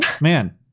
man